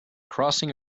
crossing